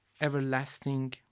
everlasting